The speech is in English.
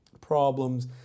problems